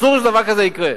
אסור שדבר כזה יקרה.